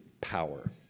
power